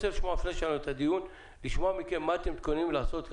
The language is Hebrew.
לפני שאני נועל את הדיון אני רוצה לשמוע מכם מה אתם מתכוננים לעשות,